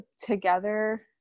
together